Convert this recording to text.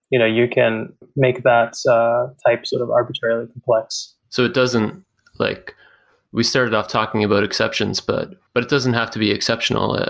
you know you can make that type sort of arbitrarily complex so it doesn't like we started off talking about exceptions, but but it doesn't have to be exceptional.